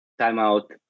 Timeout